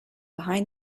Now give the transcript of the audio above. behind